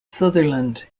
sutherland